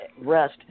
rest